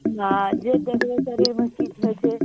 हँ जे देखबै शरीरमे की होइ छै